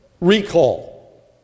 recall